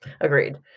Agreed